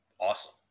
awesome